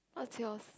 what's yours